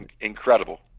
Incredible